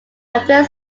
after